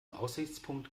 aussichtspunkt